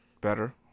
better